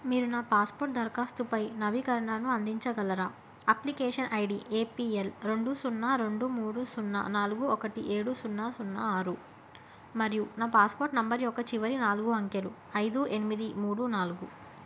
మీరు నా పాస్పోర్ట్ దరఖాస్తుపై నవీకరణను అందించగలరా application I D A P L రెండు సున్నా రెండు మూడు సున్నా నాలుగు ఒకటి ఏడు సున్నా సున్నా ఆరు మరియు నా పాస్పోర్ట్ నెంబర్ యొక్క చివరి నాలుగు అంకెలు ఐదు ఎనిమిది మూడు నాలుగు